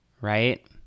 right